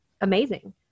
amazing